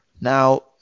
Now